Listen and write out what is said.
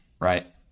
Right